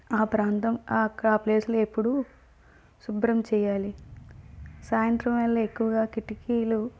ఆ ప్రాంతం ఆ ప్లేస్లో ఎప్పుడు శుభ్రం చేయాలి సాయంత్రం వేళ ఎక్కువగా కిటికీలు